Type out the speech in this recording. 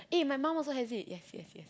eh my mum also has it yes yes yes